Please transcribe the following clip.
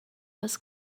was